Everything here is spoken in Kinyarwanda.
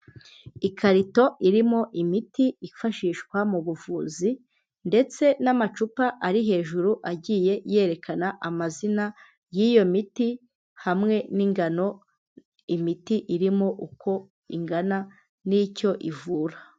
Ikarito irimo imiti ifashishwa mu buvuzi ndetse n'amacupa ari hejuru agiye yerekana amazina y'iyo miti hamwe n'ingano imiti irimo uko ingana n'icyo ivura.